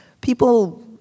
people